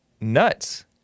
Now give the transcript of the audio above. nuts